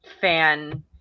fan